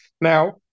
Now